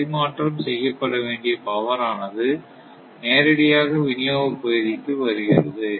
பரிமாற்றம் செய்யப்படவேண்டிய பவர் ஆனது நேரடியாக விநியோகப் பகுதிக்கு வருகிறது